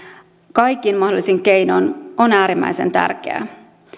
kaikin mahdollisin keinoin on äärimmäisen tärkeää